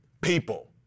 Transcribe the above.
people